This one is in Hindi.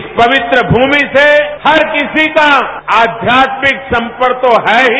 इस पवित्र भूमि से हर किसी का आध्यात्मिक सम्पर्क तो है ही